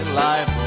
life